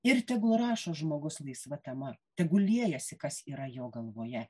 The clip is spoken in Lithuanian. ir tegul rašo žmogus laisva tema tegu liejasi kas yra jo galvoje